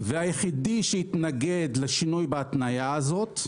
והיחידים שהתנגדו לשינוי בהתניה הזאת,